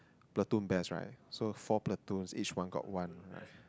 platoon best right so four platoons each one got one